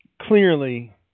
clearly